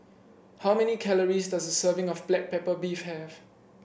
how many calories does a serving of Black Pepper Beef have